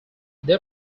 they